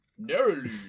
Narrowly